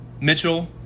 Mitchell